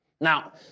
Now